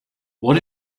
what